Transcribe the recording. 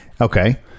Okay